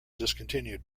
discontinued